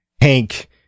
Hank